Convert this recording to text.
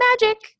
magic